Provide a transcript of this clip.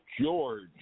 George